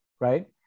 Right